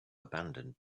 abandoned